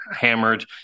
hammered